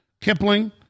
Kipling